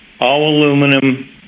all-aluminum